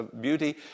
beauty